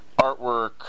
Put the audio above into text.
artwork